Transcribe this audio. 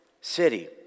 city